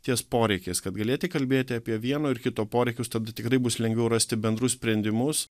ties poreikiais kad galėti kalbėti apie vieno ir kito poreikius tada tikrai bus lengviau rasti bendrus sprendimus